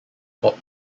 crop